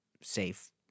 safe